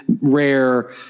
rare